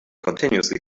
continuously